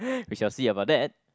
we shall see about that